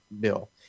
bill